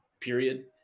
period